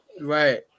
right